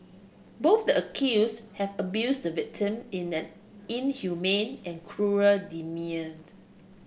both the accuse have abuse the victim in an inhumane and cruel demeaned